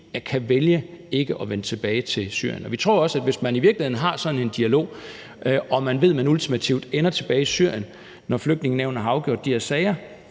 kan vælge ikke at vende tilbage til Syrien. Vi tror også, at hvis der i virkeligheden er sådan en dialog og man ved, at man ultimativt ender tilbage i Syrien, når Flygtningenævnet har afgjort de her sager,